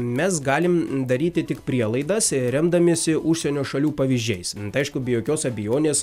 mes galim daryti tik prielaidas remdamiesi užsienio šalių pavyzdžiais aišku be jokios abejonės